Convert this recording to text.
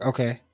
Okay